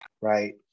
right